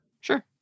Sure